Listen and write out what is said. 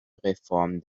reform